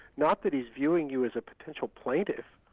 not that he's viewing you as a potential plaintiff.